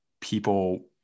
people